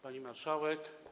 Pani Marszałek!